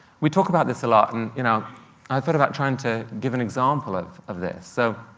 we talk about this a lot, and you know i thought about trying to give an example of of this. so,